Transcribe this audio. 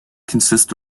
consist